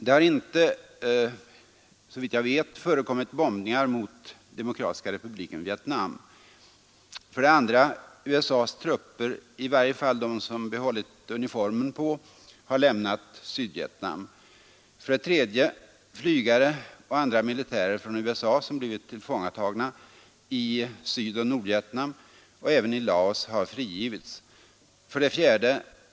Det har såvitt jag vet inte förekommit bombningar mot Demokratiska republiken Vietnam. 2. USA:s trupper, i varje fall de som fått behålla uniformen på, har lämnat Sydvietnam. 3. Flygare och andra militärer från USA som blivit tillfångatagna i Sydoch Nordvietnam och även i Laos har frigivits. 4.